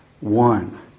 one